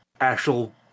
actual